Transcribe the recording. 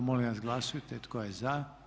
Molim vas glasujte tko je za?